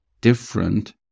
different